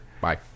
Bye